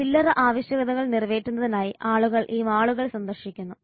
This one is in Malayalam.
ചില്ലറ ആവശ്യകതകൾ നിറവേറ്റുന്നതിനായി ആളുകൾ ഈ മാളുകൾ സന്ദർശിക്കുന്നു